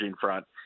front